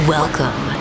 Welcome